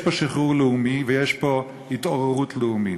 האחרים חשבו שהם צודקים ויש פה שחרור לאומי ויש פה התעוררות לאומית.